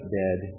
dead